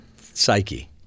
psyche